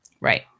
Right